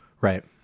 Right